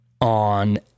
on